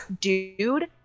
Dude